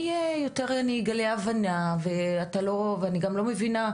אני אגלה יותר הבנה ואני גם לא מבינה,